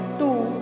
two